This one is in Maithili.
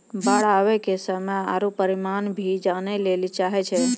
बाढ़ आवे के समय आरु परिमाण भी जाने लेली चाहेय छैय?